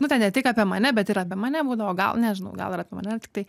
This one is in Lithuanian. nu ten ne tik apie mane bet ir apie mane būdavo gal nežinau gal ir apie mane tiktai